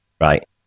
right